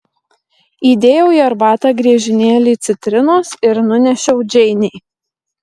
įdėjau į arbatą griežinėlį citrinos ir nunešiau džeinei